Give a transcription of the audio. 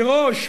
מראש,